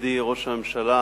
מכובדי ראש הממשלה